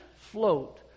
float